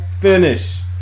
finish